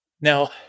Now